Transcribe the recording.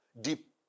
deep